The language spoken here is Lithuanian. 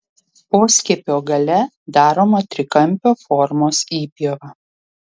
poskiepio gale daroma trikampio formos įpjova